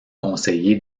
conseiller